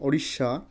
Odisha